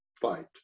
fight